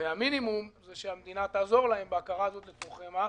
המינימום הוא שהמדינה תעזור להם בהכרה הזאת לצורכי מס.